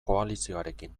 koalizioarekin